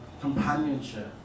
companionship